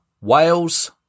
Wales